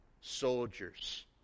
soldiers